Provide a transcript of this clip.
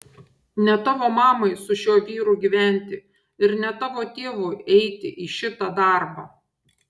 ne tavo mamai su šiuo vyru gyventi ir ne tavo tėvui eiti į šitą darbą